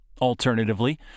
Alternatively